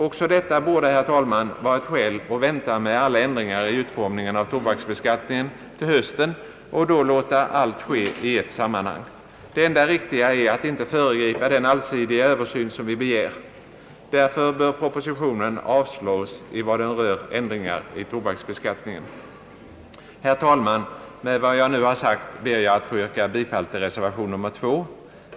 Också detta borde, herr talman, vara ett skäl att vänta med alla ändringar i utformningen av tobaksbeskattningen till hösten och då låta allt ske i ett sammanhang. Det enda riktiga är att inte föregripa den allsidiga översyn som vi begär. Därför bör propositionen avslås i vad den rör ändringar i tobaksbeskattningen. Herr talman! Med vad jag nu har sagt ber jag att få yrka bifall till reservation nr 2.